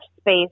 space